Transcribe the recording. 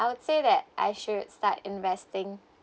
I would say that I should start investing